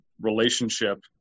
relationship